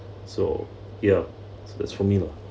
so ya that's for me lah